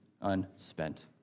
unspent